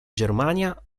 germania